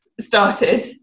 started